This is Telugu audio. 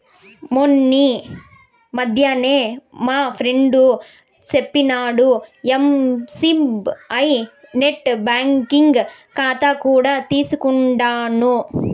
మొన్నీ మధ్యనే మా ఫ్రెండు సెప్పినాడని ఎస్బీఐ నెట్ బ్యాంకింగ్ కాతా కూడా తీసుకుండాను